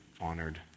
honored